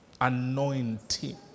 anointing